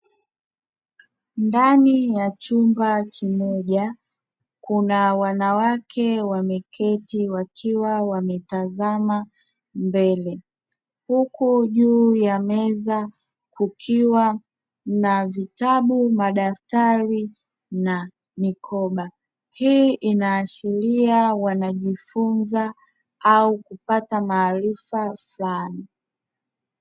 Ndani ya chumba kimoja kuna wanawake wameketi wakiwa wametazama mbele huku juu ya meza kukiwa na vitabu, madaftari na mikoba. Hii inaashiria wanajifunza au kupata maarifa fulani.